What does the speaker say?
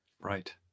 Right